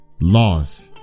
laws